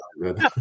good